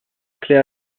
clair